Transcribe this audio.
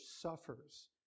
suffers